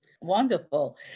Wonderful